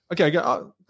okay